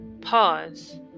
pause